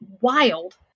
wild